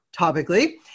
topically